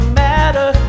matter